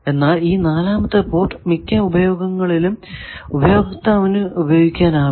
എന്നാൽ ഈ നാലാമത്തെ പോർട്ട് മിക്ക ഉപയോഗങ്ങളിലും ഉപയോക്താവിന് ഉപയോഗിക്കാനാകില്ല